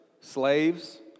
slaves